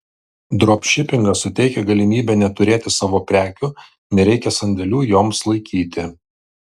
dropšipingas suteikia galimybę neturėti savo prekių nereikia sandėlių joms laikyti